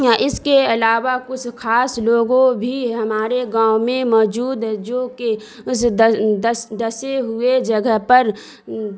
اس کے علاوہ کچھ کچھ خاص لوگوں بھی ہمارے گاؤں میں موجود ہے جوکہ اس ڈسے ہوئے جگہ پر